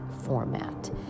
format